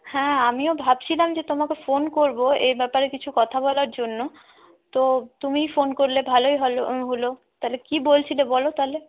হ্যাঁ আমিও ভাবছিলাম যে তোমাকে ফোন করবো এ ব্যাপারে কিছু কথা বলার জন্য তো তুমিই ফোন করলে ভালোই হলো তাহলে কি বলছিলে বলো তাহলে